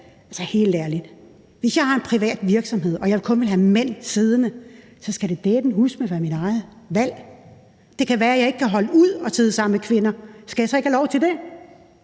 helt ærligt, hvis jeg har en privat virksomhed og jeg kun vil have mænd siddende, så skal det dælendulme være mit eget valg. Det kan være, at jeg ikke kan holde ud at sidde sammen med kvinder. Skal jeg så ikke have lov til det?